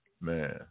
Man